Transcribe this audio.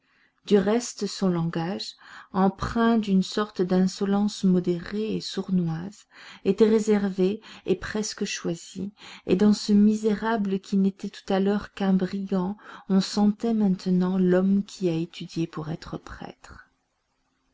du reste son langage empreint d'une sorte d'insolence modérée et sournoise était réservé et presque choisi et dans ce misérable qui n'était tout à l'heure qu'un brigand on sentait maintenant l'homme qui a étudié pour être prêtre